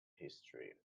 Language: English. history